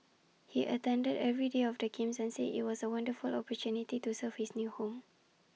he attended every day of the games and said IT was A wonderful opportunity to serve his new home